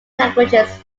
languages